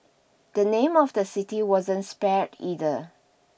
the name of the city wasn't spared either